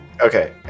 okay